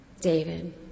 David